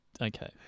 Okay